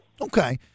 Okay